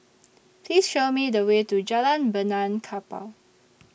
Please Show Me The Way to Jalan Benaan Kapal